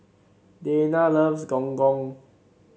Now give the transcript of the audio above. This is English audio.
Dayna loves Gong Gong